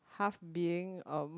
half being um